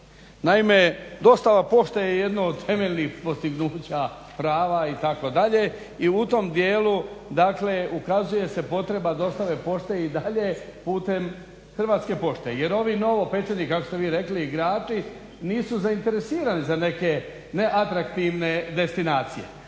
Naime, dostava pošte je jedno od temeljnih postignuća prava itd. i u tom dijelu dakle ukazuje se potreba dostave pošte i dalje putem Hrvatske pošte jer ovi novopečeni kako ste vi rekli igrači nisu zainteresirani za neke neatraktivne destinacije.